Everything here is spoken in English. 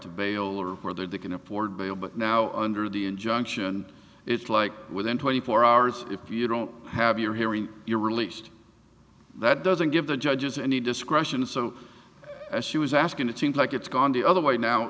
to bail or whether they can afford bail but now under the injunction it's like within twenty four hours if you don't have your hearing you're released that doesn't give the judges any discretion so as she was asking it seems like it's gone the other way